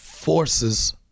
Forces